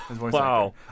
Wow